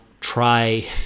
try